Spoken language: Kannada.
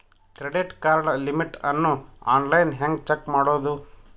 ಕ್ರೆಡಿಟ್ ಕಾರ್ಡ್ ಲಿಮಿಟ್ ಅನ್ನು ಆನ್ಲೈನ್ ಹೆಂಗ್ ಚೆಕ್ ಮಾಡೋದು?